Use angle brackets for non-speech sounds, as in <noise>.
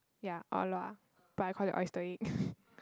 ya or-luak but I call it oyster egg <breath>